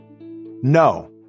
No